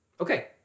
Okay